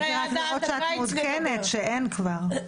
רציתי רק לראות שאת מעודכנת שאין כבר,